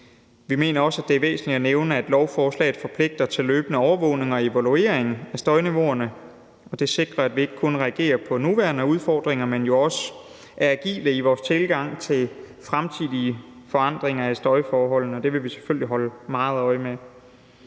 Vi mener også, det er væsentligt at nævne, at lovforslaget forpligter til løbende overvågning og evaluering af støjniveauet, og det sikrer, at vi ikke kun reagerer på nuværende udfordringer, men jo også er agile i vores tilgang til fremtidige forandringer er støjforholdene. Det vil vi selvfølgelig holde meget øje med.